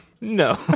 No